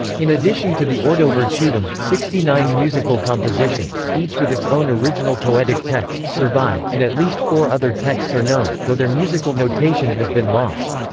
in addition to the ordo virtutum, sixty-nine musical compositions, each with its own original poetic text, survive, and at least four other texts are known, though their musical notation has been lost.